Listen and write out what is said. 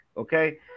Okay